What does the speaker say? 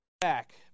Back